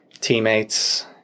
teammates